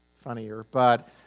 funnier—but